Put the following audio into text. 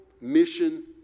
mission